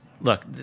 look